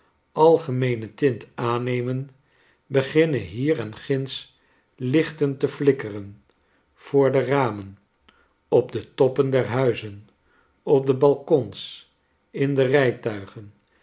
algemeene tint aannemen beginnen hier en ginds lichten te flikkeren voor de ramen op de toppen der huizen op de balkons in de rijtuigen